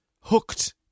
hooked